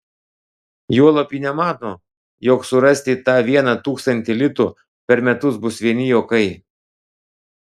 juolab ji nemano jog surasti tą vieną tūkstantį litų per metus bus vieni juokai